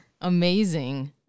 amazing